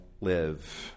live